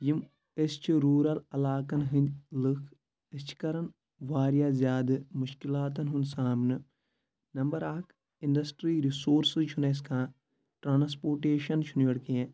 یِم أسۍ چھِ روٗرَل علاقَن ہٕنٛدۍ لٕکھ أسۍ چھِ کَران واریاہ زیادٕ مُشکِلاتَن ہُنٛد سامنہٕ نمبَر اَکھ اِنٛڈَسٹری رِسورسٕے چھُ نہٕ اَسہِ کانٛہہ ٹرانسپوٹیشَن چھُ نہٕ یورٕ کینٛہہ